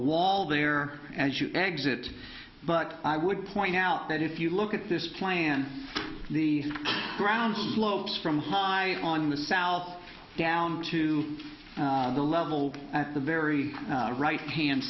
wall there as you exit but i would point out that if you look at this plan the ground slopes from high on the south down to the level at the very right hand